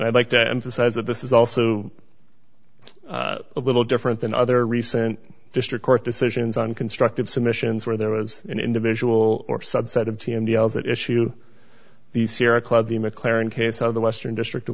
i'd like to emphasize that this is also a little different than other recent district court decisions on constructive submissions where there was an individual or subset of t m deals that issue the sierra club the mclaren case of the western district